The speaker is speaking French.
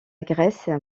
grèce